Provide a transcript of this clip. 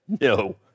no